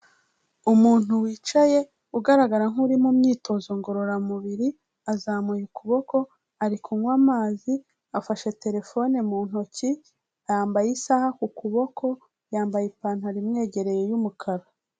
Umuntu wicaye, ugaragara nk'uri mu myitozo ngororamubiri, azamuye ukuboko, ari kunywa amazi, afashe terefone mu ntoki, yambaye isaha ku kuboko, yambaye ipantaro imwegereye y'umukara.